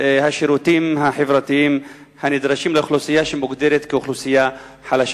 השירותים החברתיים הנדרשים לאוכלוסייה שמוגדרת כאוכלוסייה חלשה.